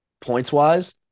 points-wise